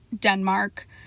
denmark